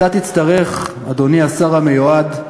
אתה תצטרך, אדוני השר המיועד,